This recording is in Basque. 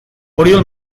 oriol